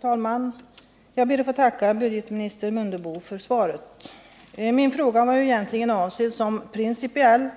Herr talman! Jag ber att få tacka budgetminister Mundebo för svaret. Min fråga var egentligen avsedd som principiell,